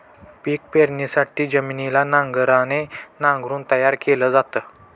पिक पेरणीसाठी जमिनीला नांगराने नांगरून तयार केल जात